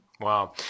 Wow